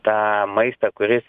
tą maistą kuris